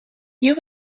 you